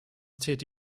täte